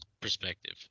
perspective